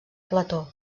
plató